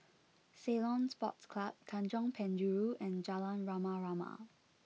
Ceylon Sports Club Tanjong Penjuru and Jalan Rama Rama